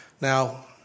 Now